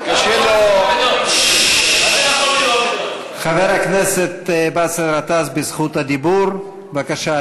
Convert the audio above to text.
חבר הכנסת באסל גטאס, בבקשה.